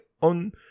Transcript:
on